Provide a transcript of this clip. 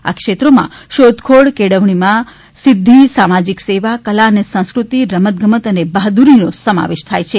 આ ક્ષેત્રોમાં શોધખોળ કેળવણીમાં સિદ્ધિ સામાજીક સેવા કલા અને સંસ્કૃતિ રમતગમત અને બહાદ્વરીનો સમાવેશ થાય છે